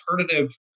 alternative